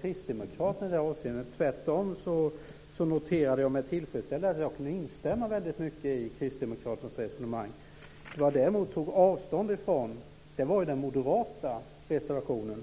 Kristdemokraterna i det här avseendet. Tvärtom noterade jag med tillfredsställelse att jag kunde instämma i väldigt mycket av Kristdemokraternas resonemang. Vad jag däremot tog avstånd från var den moderata reservationen.